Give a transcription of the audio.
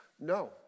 No